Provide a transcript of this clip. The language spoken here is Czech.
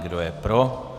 Kdo je pro?